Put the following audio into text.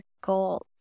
goals